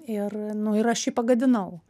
ir nu ir aš jį pagadinau